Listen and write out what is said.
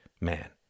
man